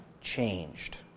changed